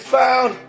found